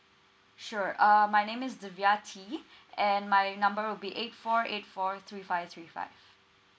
sure uh my name is divyathi and my number will be eight four eight four three five three five